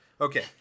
Okay